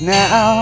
now